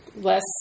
less